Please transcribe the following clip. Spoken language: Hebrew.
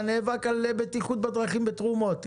אתה נאבק על בטיחות בדרכים מתרומות.